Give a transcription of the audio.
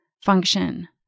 function